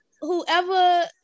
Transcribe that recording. whoever